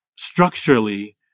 structurally